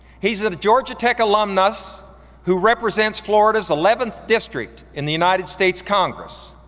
he's a georgia tech alumnus who represents florida's eleventh district in the united states congress.